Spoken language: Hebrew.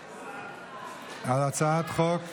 להצבעה על הצעת חוק